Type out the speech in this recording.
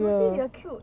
you say they are cute